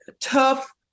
tough